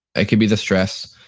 i can be the stress.